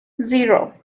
zero